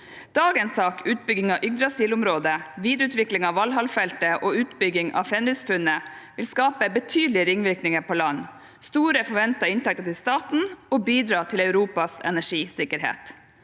Dagens sak, utbyggingen i Yggdrasil-området, videreutvikling av Valhall-feltet og utbygging av Fenris-funnet, vil skape betydelige ringvirkninger på land, gi store forventede inntekter til staten og bidra til Europas energisikkerhet.